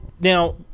Now